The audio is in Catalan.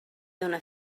dóna